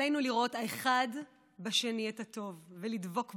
עלינו לראות האחד בשני את הטוב ולדבוק באחדות,